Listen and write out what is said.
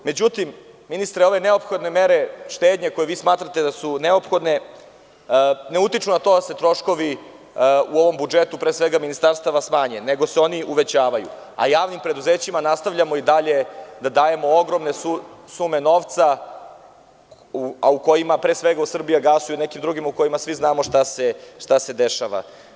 Međutim, ministre, ove neophodne mere štednje za koje vi smatrate da su neophodne, ne utiču na to da se troškovi u ovom budžetu, pre svega ministarstava, smanje, nego se oni uvećavaju a javnim preduzećima nastavljamo i dalje da dajemo ogromne sume novca, pre svega „Srbijagasu“ i mnogim drugima, u kojima svi znamo šta se dešava.